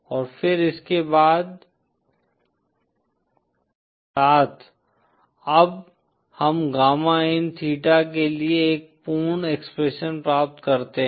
और फिर इसके साथ अब हम गामा इन थीटा के लिए एक पूर्ण एक्सप्रेशन प्राप्त करते हैं